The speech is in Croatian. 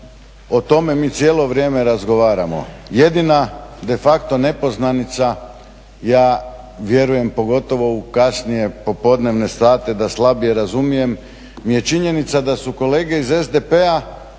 o tome mi cijelo vrijeme razgovaramo. Jedina de facto nepoznanica ja vjerujem pogotovo u kasnije popodnevne sate da slabije razumijem mi je činjenica da su kolege iz SDP-a